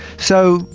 so,